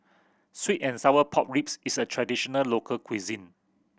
sweet and sour pork ribs is a traditional local cuisine